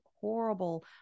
horrible